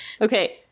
Okay